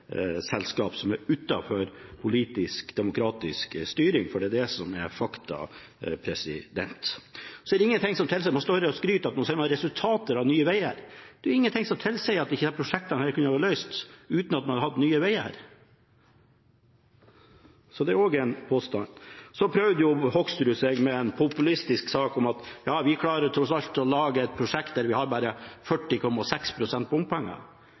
selskap som er utenfor politisk demokratisk styring, for det er det som er fakta. Så står man her og skryter av at man ser resultater av Nye Veier. Det er ingenting som tilsier at disse prosjektene ikke kunne ha vært løst om man ikke hadde hatt Nye Veier. Så det er også en påstand. Så prøvde Hoksrud seg med en populistisk sak om at vi tross alt klarer å lage et prosjekt der vi har bare